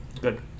Good